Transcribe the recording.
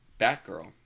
Batgirl